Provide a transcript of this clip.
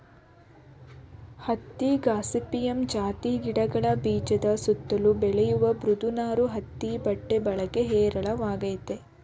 ಹತ್ತಿ ಗಾಸಿಪಿಯಮ್ ಜಾತಿ ಗಿಡಗಳ ಬೀಜದ ಸುತ್ತಲು ಬೆಳೆಯುವ ಮೃದು ನಾರು ಹತ್ತಿ ಬಟ್ಟೆ ಬಳಕೆ ಹೇರಳವಾಗಯ್ತೆ